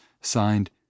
Signed